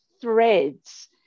threads